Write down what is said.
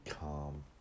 calm